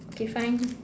okay fine